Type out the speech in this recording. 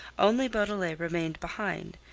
only beaudelet remained behind,